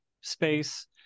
space